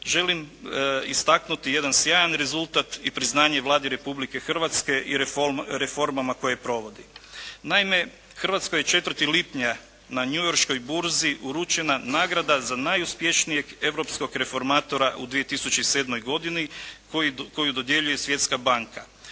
želim istaknuti jedan sjajan rezultat i priznanje Vladi Republike Hrvatske i reformama koje provodi. Naime Hrvatskoj je 4. lipnja na newyorškoj burzi uručena nagrada za najuspješnijeg europskog reformatora u 2007. godini koju dodjeljuje Svjetska banka.